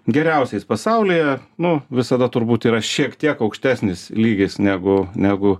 geriausiais pasaulyje nu visada turbūt yra šiek tiek aukštesnis lygis negu negu